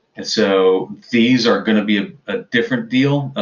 and so these are going to be a different deal.